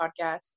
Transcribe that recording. podcast